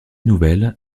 nouvelles